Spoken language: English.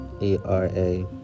E-R-A